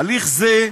הליך זה,